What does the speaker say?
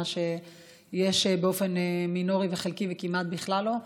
מה שיש באופן מינורי וחלקי וכמעט בכלל לא,